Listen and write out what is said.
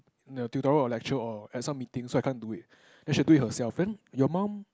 in tutorial or lecture or at some meeting so I can't do it then she do it herself then your mum